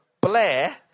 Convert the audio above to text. Blair